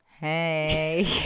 Hey